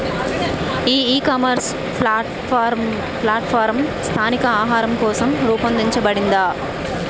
ఈ ecommerce platform స్థానిక ఆహారం కోసం రూపొందించబడిందా?